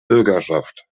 bürgerschaft